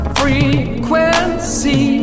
frequency